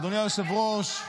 אדוני היושב-ראש,